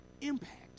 impact